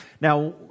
Now